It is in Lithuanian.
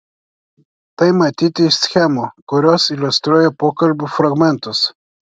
tai matyti iš schemų kurios iliustruoja pokalbių fragmentus